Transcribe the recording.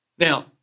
Now